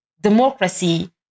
democracy